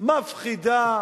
מפחידה,